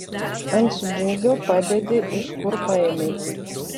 ant smūgio padedi iš kur paėmei